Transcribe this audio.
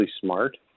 smart